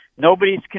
Nobody's